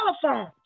telephone